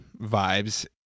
vibes